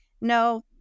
no